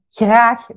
graag